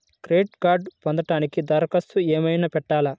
Credit కార్డ్ను పొందటానికి దరఖాస్తు ఏమయినా పెట్టాలా?